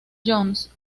jones